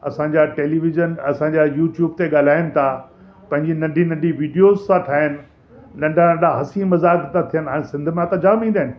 असांजा टेलीविज़न असांजा यूट्यूब ते ॻाल्हाईं था पंहिंजी नंढी नंढी विडियोज़ था ठाहिनि नंढा नंढा हसी मजाक था थियनि ऐं सिंध मां त जामु ईंदा आहिनि